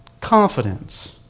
confidence